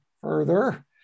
further